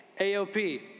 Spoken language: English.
AOP